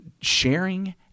sharing